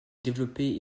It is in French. développé